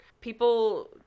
People